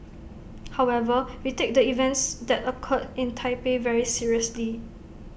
however we take the events that occurred in Taipei very seriously